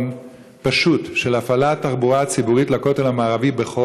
כמעט באופן כרוני יש בעיות קשות בתחבורה הציבורית לכותל המערבי.